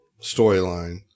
storyline